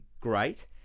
great